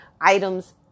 items